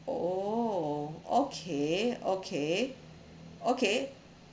oh okay okay okay